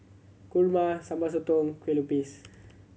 Kurma Sambal Sotong Kueh Lupis